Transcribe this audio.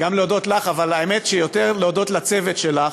גם להודות לך, אבל האמת שיותר להודות לצוות שלך,